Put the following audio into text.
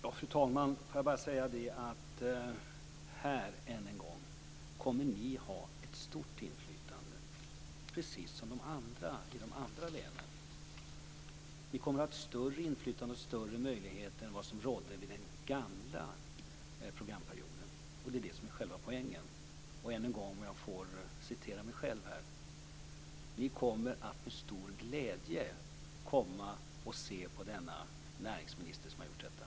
Fru talman! Jag vill bara än en gång säga att här kommer ni att ha ett stort inflytande, precis som de andra i de andra länen. Ni kommer att ha ett större inflytande och större möjligheter än vad som var fallet i den gamla programperioden. Det är det som är själva poängen. Och än en gång, om jag får citera mig själv: Ni kommer att komma tillbaka med stor glädje för att se på den näringsminister som har gjort detta.